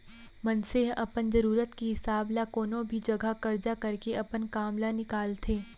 मनसे ह अपन जरूरत के हिसाब ल कोनो भी जघा करजा करके अपन काम ल निकालथे